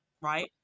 right